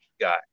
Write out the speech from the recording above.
guy